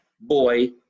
boy